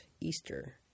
Easter